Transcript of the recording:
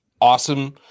awesome